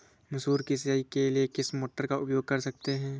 मसूर की सिंचाई के लिए किस मोटर का उपयोग कर सकते हैं?